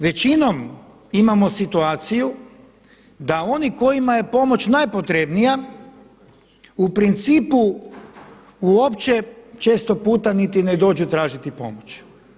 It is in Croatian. Većinom imamo situaciju da onima kojima je pomoć najpotrebnija u principu uopće često puta niti ne dođu tražiti pomoć.